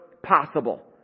possible